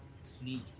sneak